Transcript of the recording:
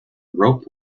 rope